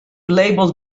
label